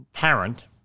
parent